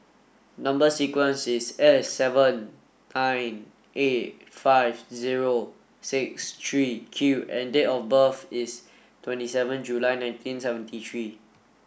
number sequence is S seven nine eight five zero six three Q and date of birth is twenty seven July nineteen seventy three